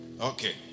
Okay